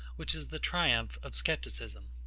which is the triumph of scepticism.